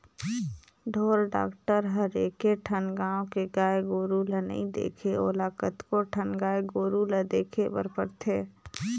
ढोर डॉक्टर हर एके ठन गाँव के गाय गोरु ल नइ देखे ओला कतको ठन गाय गोरु ल देखे बर परथे